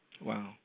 Wow